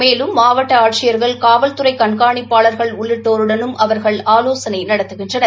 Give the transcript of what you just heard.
மேலும் மாவட்ட ஆட்சியர்கள் காவல்துறை கண்காணிப்பாளர்கள் உள்ளிட்டோருடனும் அவர்கள் ஆலோசனை நடத்துகின்றனர்